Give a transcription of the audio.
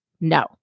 no